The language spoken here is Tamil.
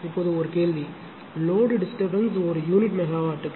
இப்போது ஒரு கேள்வி லோடு டிஸ்டர்பன்ஸ் ஒரு யூனிட் மெகாவாட்டுக்கு 0